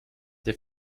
der